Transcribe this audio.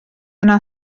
yna